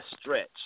stretch